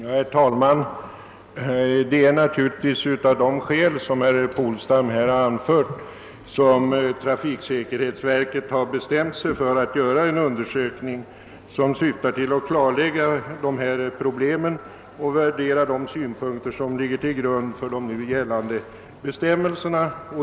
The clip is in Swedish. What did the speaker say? Herr talman! Det är naturligtvis av de skäl herr Polstam har anfört som trafiksäkerhetsverket bestämt sig för att göra en undersökning syftande till att klarlägga dessa problem och värdera de synpunkter som ligger till grund för de nu gällande bestämmelserna.